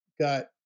got